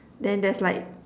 then there's like